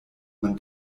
man